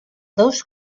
dos